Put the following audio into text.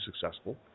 successful